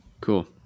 cool